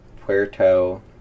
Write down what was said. Puerto